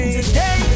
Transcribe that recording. Today